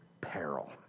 peril